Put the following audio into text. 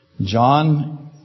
John